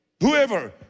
whoever